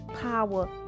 power